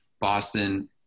Boston